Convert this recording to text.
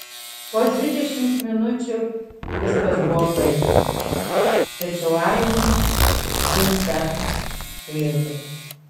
po dvidešimt minučių viskas buvo baigta tačiau aimanos vis dar sklido